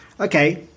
okay